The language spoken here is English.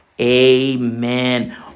Amen